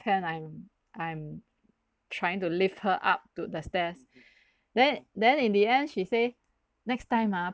hand I'm I'm trying to lift her up to the stairs then then in the end she say next time ah